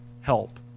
help